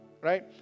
Right